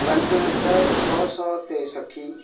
ପାଞ୍ଚ ହଜାର ଛଅଶହ ତେଷଠି